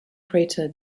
crater